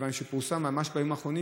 מכיוון שפורסם ממש בימים האחרונים